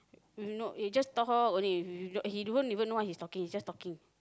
eh no he will just talk only h~ he don't even know what he's talking he just talking